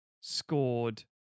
scored